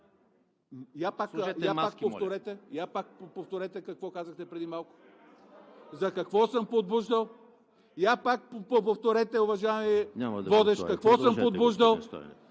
Сложете маски, моля!